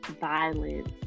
violence